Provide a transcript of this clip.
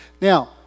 Now